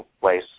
place